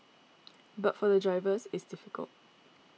but for the drivers it's difficult